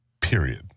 Period